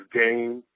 game